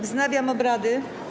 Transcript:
Wznawiam obrady.